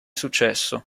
successo